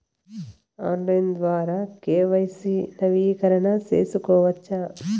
Online ద్వారా KYC నవీకరణ సేసుకోవచ్చా?